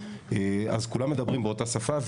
אז כולם מדברים באותה שפה.